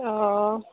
অ'